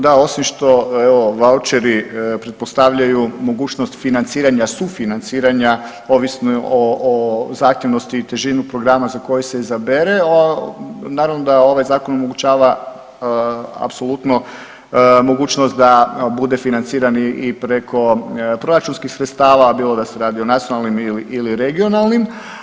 Da osim što evo vaučeri pretpostavljaju mogućnost financiranja sufinanciranja ovisni o zahtjevnosti i težinu programa za koji se izabere naravno da ovaj zakon omogućava apsolutno mogućnost da bude financiran i preko proračunskih sredstava, bilo da se radi nacionalnim ili regionalnim.